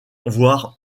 voire